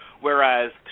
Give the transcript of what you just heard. Whereas